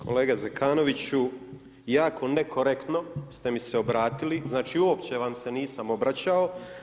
Kolega Zekanoviću, jako nekorektno ste mi se obratili, znači uopće vam se nisam obraćao.